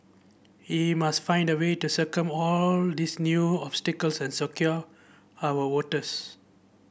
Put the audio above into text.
we must find a way to all these new obstacles and secure our waters